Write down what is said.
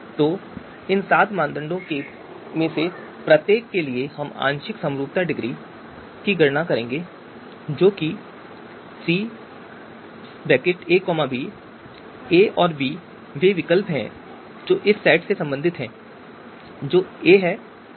तो इन सात मानदंडों में से प्रत्येक के लिए हम आंशिक समरूपता डिग्री की गणना करेंगे जो कि ciab ए और बी वे विकल्प के इस सेट से संबंधित विकल्प हैं जो ए है